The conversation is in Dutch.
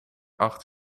acht